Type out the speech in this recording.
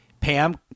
Pam